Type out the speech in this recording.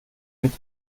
mit